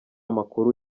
makuru